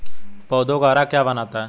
पौधों को हरा क्या बनाता है?